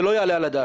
זה לא יעלה על הדעת.